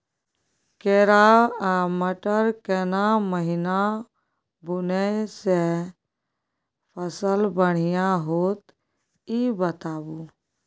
केराव आ मटर केना महिना बुनय से फसल बढ़िया होत ई बताबू?